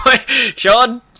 Sean